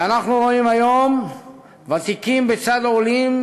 ואנחנו רואים היום ותיקים בצד עולים,